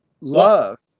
love